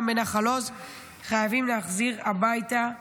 בנחל עוז חייבים להחזיר הביתה עכשיו.